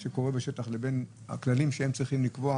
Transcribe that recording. מה שקורה בשטח לבין הכללים שהם צריכים לקבוע